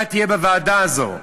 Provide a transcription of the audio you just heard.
אתה תהיה בוועדה הזאת.